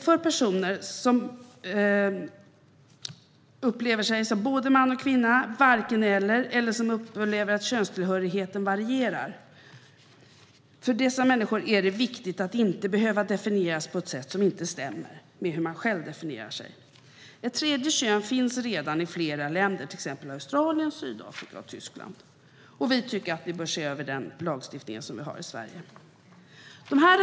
För personer som upplever sig som både man och kvinna eller som varken eller och för personer som upplever att könstillhörigheten varierar är det viktigt att inte behöva definieras på ett sätt som inte stämmer med hur de själva definierar sig. Ett tredje kön finns redan i flera länder, till exempel Australien, Sydafrika och Tyskland. Vänsterpartiet tycker att lagstiftningen i Sverige behöver ses över.